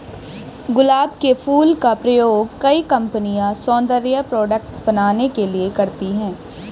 गुलाब के फूल का प्रयोग कई कंपनिया सौन्दर्य प्रोडेक्ट बनाने के लिए करती है